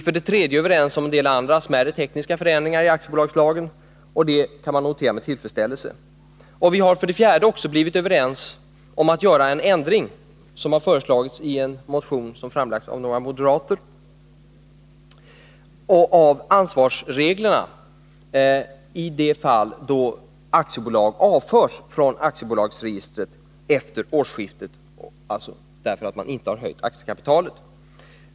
För det tredje är vi överens om en del andra smärre tekniska förändringar i aktiebolagslagen, och det kan man notera med tillfredsställelse. Vi har för det fjärde också blivit överens om att göra en ändring av ansvarsreglerna i de fall då aktiebolag efter årsskiftet avförs från aktiebolagsregistret därför att bolaget inte har höjt aktiekapitalet — den ändringen har föreslagits i en motion som framlagts av några moderater.